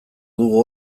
dugu